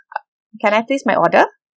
can I place my order